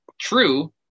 true